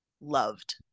loved